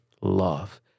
love